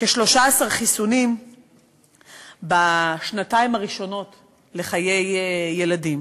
כ-13 חיסונים בשנתיים הראשונות לחיי הילדים.